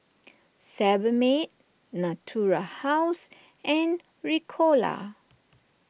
Sebamed Natura House and Ricola